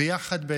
ויחד ננצח,